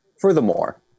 Furthermore